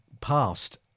past